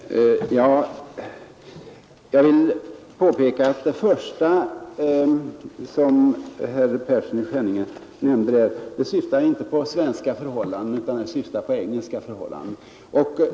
Fru talman! Jag vill påpeka att det första som herr Persson i Skänninge nämnde som kommentar till mitt anförande syftade inte på svenska utan engelska förhållanden.